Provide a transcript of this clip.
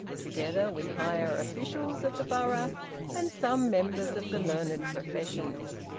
together with higher officials of the borough and some members of the learned professions.